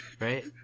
Right